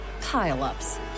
pile-ups